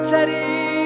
Teddy